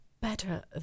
better